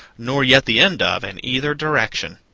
nor yet the end of, in either direction.